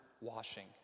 washing